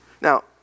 Now